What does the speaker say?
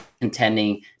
contending